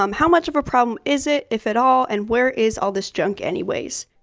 um how much of a problem is it, if at all, and where is all this junk anyways?